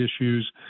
issues